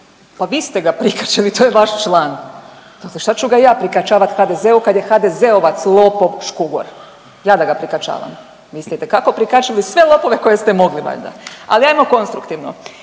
Pa vi ste ga prikačili, to je vaš član, šta ću ga ja prikačavat HDZ-u kad je HDZ-ovac lopov Škugor, ja da ga prikačavam. Vi ste itekako prikačili sve lopove koje ste mogli valjda, ali ajmo konstruktivno.